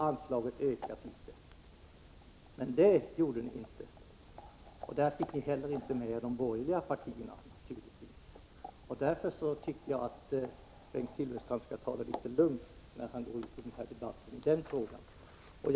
Men det löftet har ni inte hållit. På den punkten har ni inte heller fått med er de borgerliga partierna. Därför tycker jag att Bengt Silfverstrand skall ta det litet lugnt när han diskuterar den här frågan.